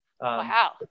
Wow